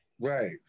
Right